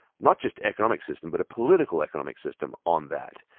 not just economic system, but a political economic system on that,